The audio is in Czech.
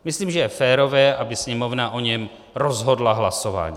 Myslím, že je férové, aby Sněmovna o něm rozhodla hlasováním.